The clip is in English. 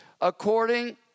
According